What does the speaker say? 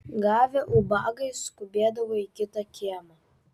gavę ubagai skubėdavo į kitą kiemą